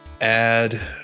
add